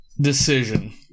decision